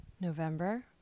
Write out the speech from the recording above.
November